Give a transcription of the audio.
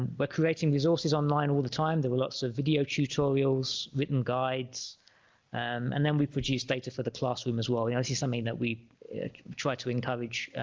we're creating resources online all the time there were lots of video tutorials written guides and then we produce data for the classroom as well i see something that we try to encourage